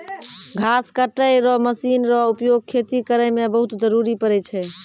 घास कटै रो मशीन रो उपयोग खेती करै मे बहुत जरुरी पड़ै छै